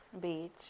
beach